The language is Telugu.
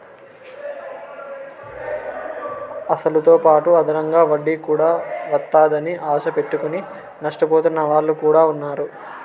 అసలుతోపాటు అదనంగా వడ్డీ కూడా వత్తాదని ఆశ పెట్టుకుని నష్టపోతున్న వాళ్ళు కూడా ఉన్నారు